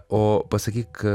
o pasakyk